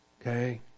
Okay